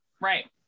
Right